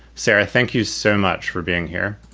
sarah, thank you so much for being here.